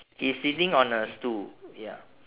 he's sitting on a stool ya